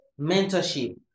mentorship